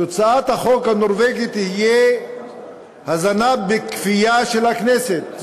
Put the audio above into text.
תוצאת החוק הנורבגי תהיה הזנה בכפייה של הכנסת,